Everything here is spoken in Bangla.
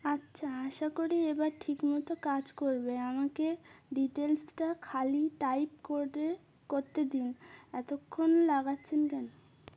আচ্ছা আশা করি এবার ঠিকমতো কাজ করবে আমাকে ডিটেলসটা খালি টাইপ করে করতে দিন এতক্ষণ লাগাচ্ছেন কেন